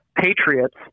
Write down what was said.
patriots